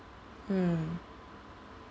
mm